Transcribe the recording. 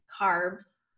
carbs